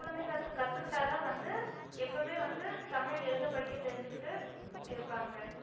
குழந்தைங்க கற்றுக்கிட்டாதான் வந்து எப்போயுமே வந்து தமிழ் எழுத படிக்க தெரிஞ்சிக்கிட்டு இருப்பாங்க